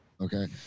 Okay